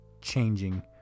changing